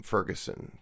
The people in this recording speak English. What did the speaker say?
Ferguson